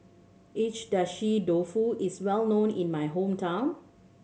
Agedashi Dofu is well known in my hometown